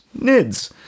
NIDS